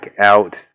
out